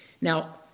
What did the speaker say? Now